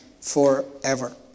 forever